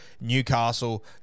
Newcastle